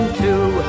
two